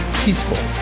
peaceful